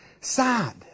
sad